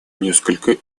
несколько